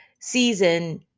season